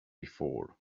before